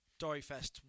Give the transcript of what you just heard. Doryfest